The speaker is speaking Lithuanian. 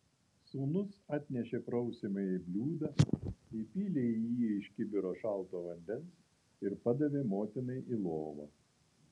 sūnus atnešė prausiamąjį bliūdą įpylė į jį iš kibiro šalto vandens ir padavė motinai į lovą